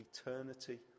eternity